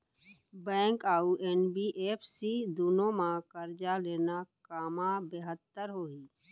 Bank अऊ NBFC दूनो मा करजा लेना कामा बेहतर होही?